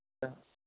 sir